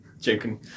Joking